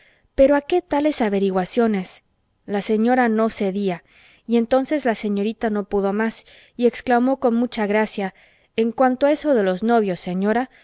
pero a qué tales averiguaciones la señora no cedía y entonces la señorita no pudo más y exclamó con mucha gracia en cuanto a eso de los novios señora